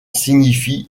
signifie